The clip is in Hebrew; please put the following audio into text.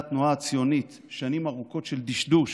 ידעה התנועה הציונית שנים ארוכות של דשדוש,